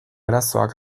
arazoak